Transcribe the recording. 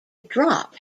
drop